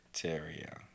criteria